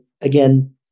again